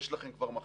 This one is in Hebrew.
יש לכם כבר מחליפים.